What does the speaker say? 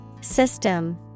System